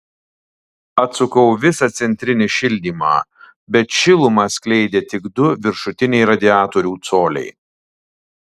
atsukau visą centrinį šildymą bet šilumą skleidė tik du viršutiniai radiatorių coliai